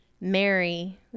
Mary